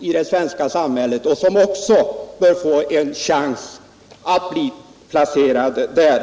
i det svenska samhället bör härmed också få en chans att bli placerad.